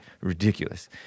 Ridiculous